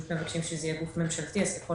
אנחנו מבקשים שזה יהיה גוף ממשלתי, אז ככל